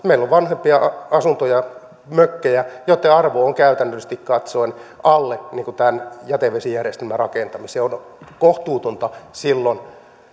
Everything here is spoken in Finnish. meillä on vanhempia asuntoja mökkejä joitten arvo on käytännöllisesti katsoen alle tämän jätevesijärjestelmän rakentamisen ja on kohtuutonta silloin